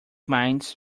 minds